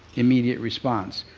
immediate response.